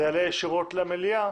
זה יעלה ישירות למליאה